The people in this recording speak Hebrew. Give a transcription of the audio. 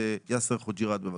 יאסר חוג'יראת, בבקשה.